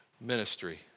ministry